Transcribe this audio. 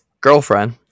girlfriend